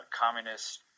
communist